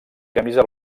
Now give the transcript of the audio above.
camisa